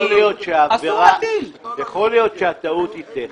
יכול להיות שהטעות היא טכנית.